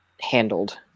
handled